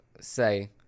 say